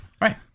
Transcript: right